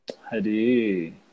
Hadi